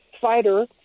fighter